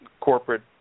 corporate